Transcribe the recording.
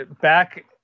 back